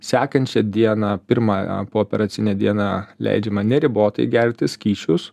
sekančią dieną pirmąją pooperacinę dieną leidžiama neribotai gerti skysčius